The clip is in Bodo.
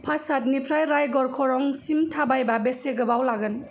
पाचादनिफ्राय राइगर खरंसिम थाबायबा बेसे गोबाव लागोन